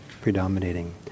predominating